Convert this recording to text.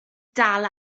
dal